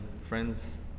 friends